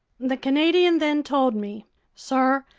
the canadian then told me sir,